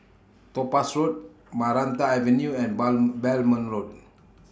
Topaz Road Maranta Avenue and Bang Belmont Road